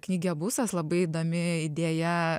knygeusas labai įdomi idėja